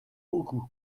beaucoup